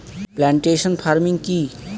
Plantation farming কি?